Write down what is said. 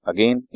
Again